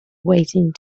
waiting